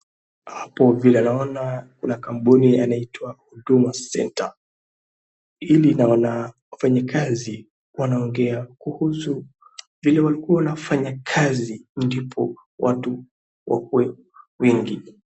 Hapo vile naona kuna kampuni inaitwa huduma centre. Hili lina wafanyikazi wanaongea kuhusu vile walikuwa wanafanya kazi ndipo watu wakuwe wengi.